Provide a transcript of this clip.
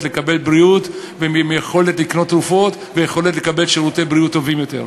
לקבל בריאות ויכולת לקנות תרופות ויכולת לקבל שירותי בריאות טובים יותר.